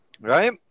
Right